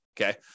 okay